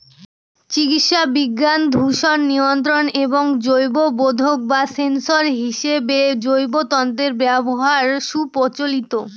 চিকিৎসাবিজ্ঞান, দূষণ নিয়ন্ত্রণ এবং জৈববোধক বা সেন্সর হিসেবে জৈব তন্তুর ব্যবহার সুপ্রচলিত